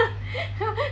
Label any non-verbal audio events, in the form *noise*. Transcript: *laughs*